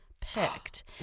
picked